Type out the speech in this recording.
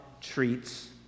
treats